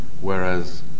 whereas